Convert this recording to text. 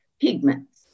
pigments